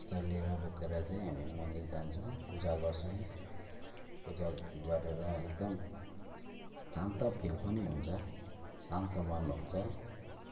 आस्था लिएर चाहिँ हामी मन्दिर जान्छौँ पूजा गर्छौँ पूजा गरेर एकदम शान्त फिल पनि हुन्छ शान्त मन हुन्छ